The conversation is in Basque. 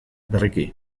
berriki